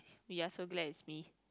we're so glad it's me